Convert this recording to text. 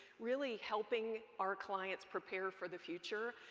really helping our clients prepare for the future,